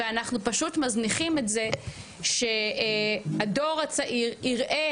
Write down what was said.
ואנחנו פשוט מזניחים את זה שהדור הצעיר יראה